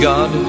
God